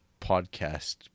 podcast